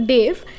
Dave